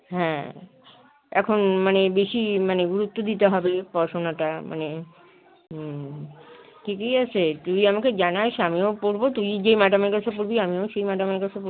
হ্যাঁ এখন মানে বেশি মানে গুরুত্ব দিতে হবে পড়াশুনাটা মানে হুম ঠিকই আছে তুই আমাকে জানাস আমিও পড়বো তুই যে ম্যাডামের কাছে পড়বি আমিও সেই ম্যাডামের কাছে পো